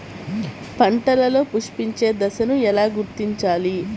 పంటలలో పుష్పించే దశను ఎలా గుర్తించాలి?